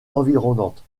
environnantes